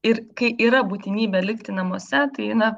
ir kai yra būtinybė likti namuose tai na